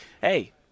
Hey